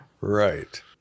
Right